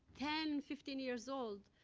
ten fifteen years old,